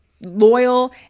loyal